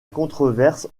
controverse